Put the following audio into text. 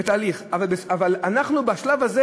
בתהליך, אבל אנחנו בשלב הזה